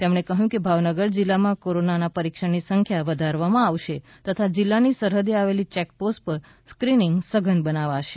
તેમણે કહ્યું કે ભાવનગર જિલ્લામાં કોરોના ટેસ્ટની સંખ્યા વધારવામાં આવશે તથા જિલ્લાની સરહદે આવેલી ચેકપોસ્ટ પર સ્ક્રિનિંગ સઘન બનાવાશે